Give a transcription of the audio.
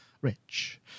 Rich